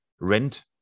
rent